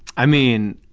i mean,